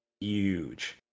Huge